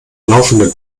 laufende